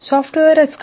सॉफ्टवेअरच का